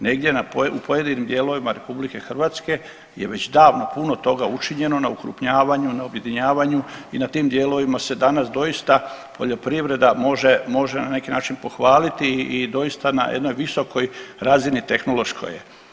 Negdje u pojedinim dijelovima RH je već davno puno toga učinjeno na okrupnjavanju, na objedinjavanju i na tim dijelovima se danas doista poljoprivreda može, može na neki način pohvaliti i doista na jednoj visokoj razini tehnološkoj.